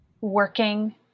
working